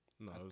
No